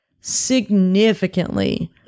significantly